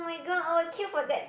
oh-my-god I would queue for that